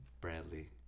Bradley